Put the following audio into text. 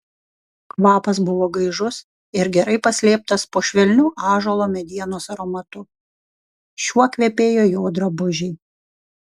kvapas buvo gaižus ir gerai paslėptas po švelniu ąžuolo medienos aromatu šiuo kvepėjo jo drabužiai